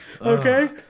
Okay